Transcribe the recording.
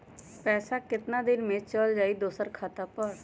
पैसा कितना दिन में चल जाई दुसर खाता पर?